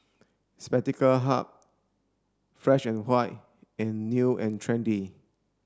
Spectacle Hut Fresh and White and New and Trendy